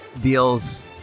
Deals